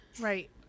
Right